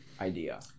idea